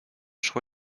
szło